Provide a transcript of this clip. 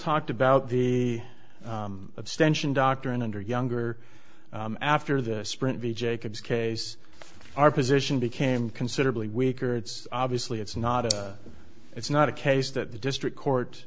talked about the stench and doctrine under younger after the sprint v jacobs case our position became considerably weaker it's obviously it's not it's not a case that the district court